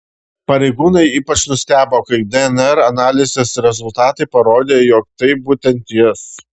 pareigūnai ypač nustebo kai dnr analizės rezultatai parodė jog tai būtent jis